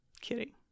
Kidding